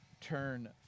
turn